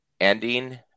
ending